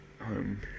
home